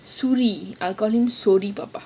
shulli I call him shuli